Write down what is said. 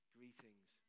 Greetings